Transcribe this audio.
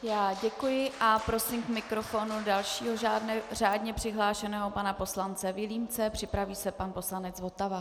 Já děkuji a prosím k mikrofonu dalšího řádně přihlášeného pana poslance Vilímce, připraví se pan poslanec Votava.